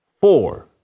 four